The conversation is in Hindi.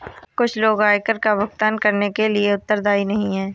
कुछ लोग आयकर का भुगतान करने के लिए उत्तरदायी नहीं हैं